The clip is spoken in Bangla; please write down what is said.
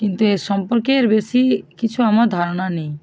কিন্তু এর সম্পর্কে এর বেশি কিছু আমার ধারণা নেই